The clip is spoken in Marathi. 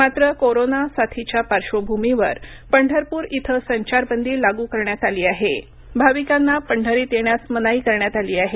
मात्र कोरोना च्या पार्श्वभूमीवर पंढरपूर इथे संचारबंदी लागू करण्यात आली आहे भाविकांना पंढरीत येण्यास मनाई करण्यात आली आहे